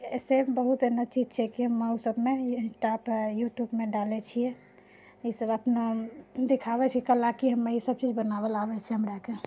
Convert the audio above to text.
ऐसे बहुत एहनो चीज छै कि हमे सभमे यूट्यूबमे डालैत छियै ईसभ अपना दिखाबैत छी कला कि ईसभ चीज बनाबै लेल आबैत छै हमराके